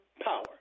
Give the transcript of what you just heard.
power